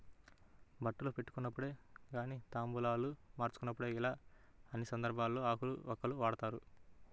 బట్టలు పెట్టుకునేటప్పుడు గానీ తాంబూలాలు మార్చుకునేప్పుడు యిలా అన్ని సందర్భాల్లోనూ ఆకు వక్కలను వాడతారు